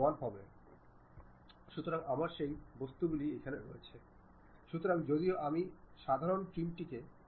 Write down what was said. কারণ কিছু ডিজাইন উদাহরণস্বরূপ পছন্দ করে এই টেপারিং ঘটে বা না কতটা সহনশীলতা এই সমস্ত জিনিস কম্পিউটার পর্যায়ে দিতে হয় আপনি অনেকগুলি জিনিস নির্মাণ করতে পারেন